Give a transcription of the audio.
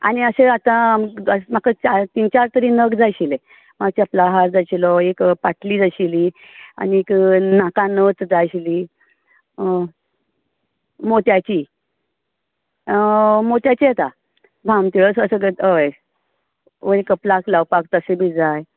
आनी अशें आता म्हाका तीन चार तरी नग जाय आशिल्ले होय चपला हार जाय आशिल्लो एक पाटली जाय आशिल्ली आनीक नाकान नथ जाय आशिल्ली मोत्याची मोतयाची येता भांगतीळो तसो करता हय वयर कपलाक लावपाक तशें बी जाय